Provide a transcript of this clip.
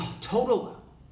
total